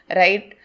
right